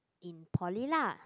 in poly lah